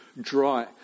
dry